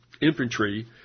Infantry